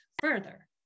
further